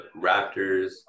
Raptors